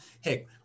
Hey